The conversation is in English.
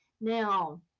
Now